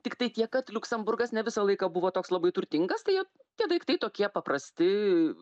tiktai tiek kad liuksemburgas ne visą laiką buvo toks labai turtingas tai jie tie daiktai tokie paprasti